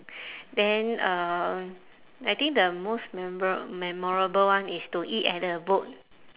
then uh I think the most memor~ memorable one is to eat at the boat